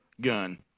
gun